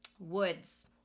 Woods